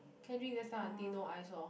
can drink just tell aunty no ice lor